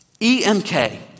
EMK